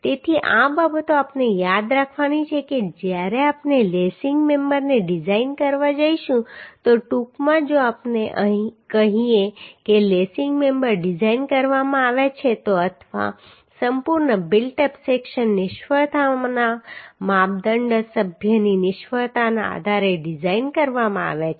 તેથી આ બાબતો આપણે યાદ રાખવાની છે કે જ્યારે આપણે લેસિંગ મેમ્બરને ડિઝાઇન કરવા જઈશું તો ટૂંકમાં જો આપણે કહીએ કે લેસિંગ મેમ્બર ડિઝાઇન કરવામાં આવ્યા છે અથવા સંપૂર્ણ બિલ્ટ અપ સેક્શન નિષ્ફળતાના માપદંડ સભ્યની નિષ્ફળતાના આધારે ડિઝાઇન કરવામાં આવ્યા છે